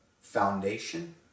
foundation